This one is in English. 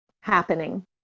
happening